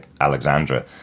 Alexandra